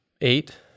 eight